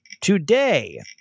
today